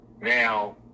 Now